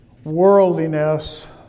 Worldliness